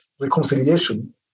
reconciliation